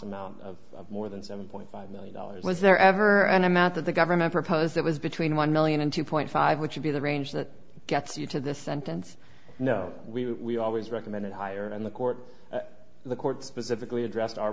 amount of more than seven point five million dollars was there ever an amount that the government proposed that was between one million and two point five which would be the range that gets you to this sentence no we always recommended higher and the court the court specifically addressed our